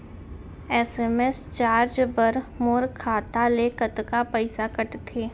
SMS charge बर मोर खाता ले कतका पइसा कटथे?